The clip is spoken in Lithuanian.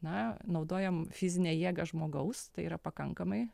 na naudojam fizinę jėgą žmogaus tai yra pakankamai